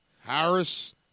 Harris